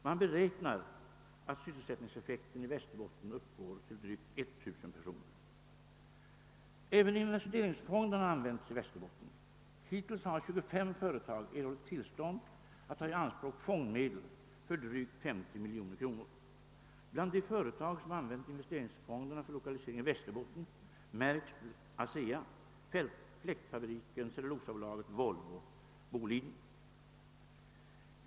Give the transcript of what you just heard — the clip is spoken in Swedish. Man beräknar att sysselsättningseffekten i WVästerbotten uppgår till drygt 1 800 personer. Även investeringsfonderna har använts i Västerbotten. Hittills har 25 företag erhållit tillstånd att ta i anspråk fondmedel för drygt 50 miljoner kronor. Bland de företag som använt investeringsfonderna för lokaliseringar i Västerbotten märks ASEA, Fläktfabriken, Cellulosabolaget, Volvo och Boliden.